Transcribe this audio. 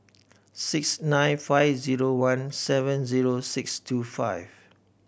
six nine five zero one seven zero six two five